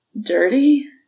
Dirty